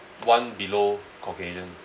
one below caucasian